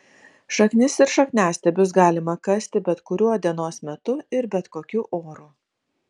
šaknis ir šakniastiebius galima kasti bet kuriuo dienos metu ir bet kokiu oru